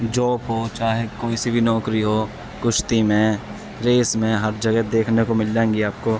job ہو چاہے کوئی سی بھی نوکری ہو کشتی میں ریس میں ہر جگہ دیکھنے کو مل جائیں گی آپ کو